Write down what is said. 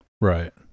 right